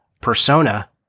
Persona